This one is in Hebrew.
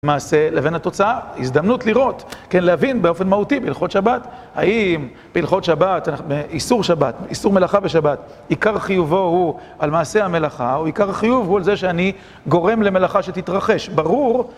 מעשה לבין התוצאה, הזדמנות לראות, כן, להבין באופן מהותי בהלכות שבת, האם בהלכות שבת, איסור שבת, איסור מלאכה בשבת, עיקר חיובו הוא על מעשה המלאכה, או עיקר החיוב הוא על זה שאני גורם למלאכה שתתרחש, ברור